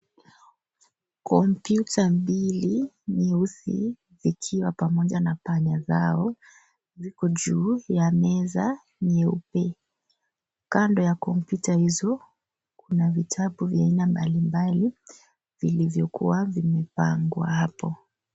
Kompyuta mbili nyeusi ikiwa pamoja na panya zao ziko juu ya meza nyeupe, kando ya kompyuta hizo kuna vitabu aina mbalimbali vilivyokuwa vimepangwa hapo.